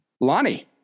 Lonnie